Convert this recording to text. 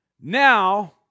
now